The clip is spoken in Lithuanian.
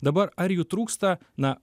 dabar ar jų trūksta na